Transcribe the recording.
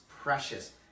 precious